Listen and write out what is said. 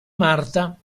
marta